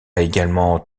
également